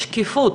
שקיפות